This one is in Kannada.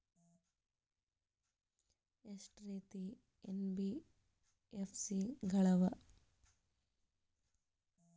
ಎಷ್ಟ ರೇತಿ ಎನ್.ಬಿ.ಎಫ್.ಸಿ ಗಳ ಅವ?